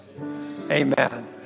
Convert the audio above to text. Amen